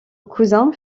cousin